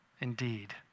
indeed